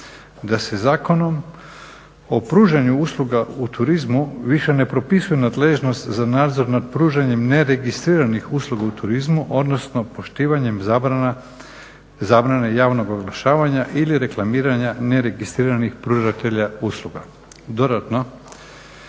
da se Zakonom o pružanju usluga u turizmu više ne propisuje nadležnost za nadzor nad pružanjem neregistriranih usluga u turizmu, odnosno poštivanjem zabrane javnog oglašavanja ili reklamiranja neregistriranih pružatelja usluga.